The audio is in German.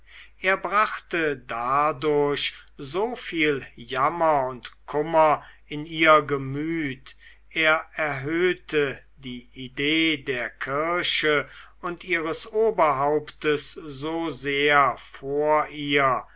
er brachte dadurch so viel jammer und kummer in ihr gemüt er erhöhte die idee der kirche und ihres oberhauptes so sehr vor ihr